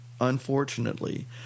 Unfortunately